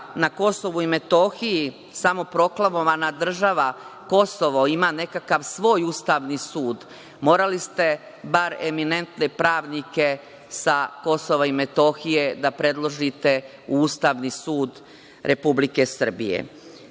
na Kosovu i Metohiji samoproklamovana država Kosovo, ima nekakav svoj ustavni sud, morali ste bar eminentne pravnike sa Kosova i Metohije da predložite u Ustavni sud Republike Srbije. Mi,